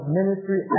ministry